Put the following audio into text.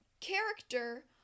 character